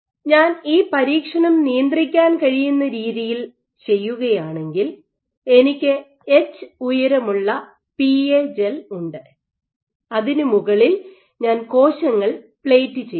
ഞാൻ ഈ പരീക്ഷണം നിയന്ത്രിക്കാൻ കഴിയുന്ന രീതിയിൽ ചെയ്യുകയാണെങ്കിൽ എനിക്ക് എച് ഉയരമുള്ള പിഎ ജെൽ ഉണ്ട് അതിന് മുകളിൽ ഞാൻ കോശങ്ങൾ പ്ലേറ്റ് ചെയ്യുന്നു